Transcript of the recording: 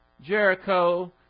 Jericho